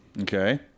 Okay